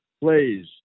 plays